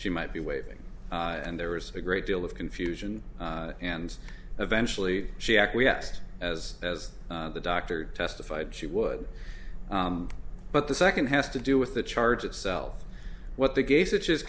she might be waving and there was a great deal of confusion and eventually she acquiesced as as the doctor testified she would but the second has to do with the charge itself what the gay s